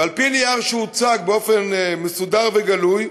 ועל-פי מסמך שהוצג באופן מסודר וגלוי,